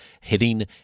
hitting